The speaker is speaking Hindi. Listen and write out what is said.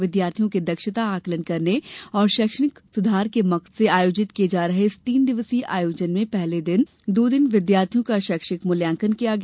विद्यार्थियों के दक्षता आंकलन करने और शैक्षिणक सुधार के मकसद से आयोजित किये जा रहे इस तीन दिवसीय आयोजन में पहले दो दिन विद्यार्थियों का शैक्षिक मूल्यांकन किया गया